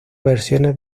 versiones